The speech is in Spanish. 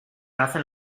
hacen